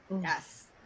yes